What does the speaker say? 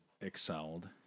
excelled